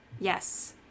Yes